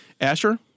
Asher